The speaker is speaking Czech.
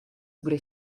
bude